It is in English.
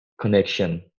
connection